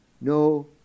no